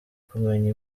kumenya